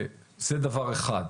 זה דבר אחד.